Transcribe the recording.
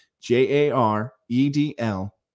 J-A-R-E-D-L